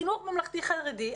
חינוך ממלכתי-חרדי,